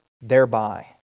thereby